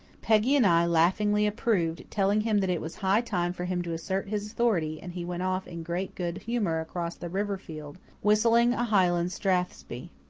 peggy and i laughingly approved, telling him that it was high time for him to assert his authority, and he went off in great good humour across the river field, whistling a highland strathspey.